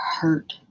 hurt